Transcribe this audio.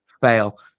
fail